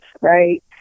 right